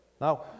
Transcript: Now